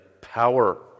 power